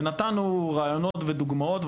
ונתנו רעיונות ודוגמאות,